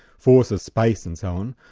forces, space, and so on.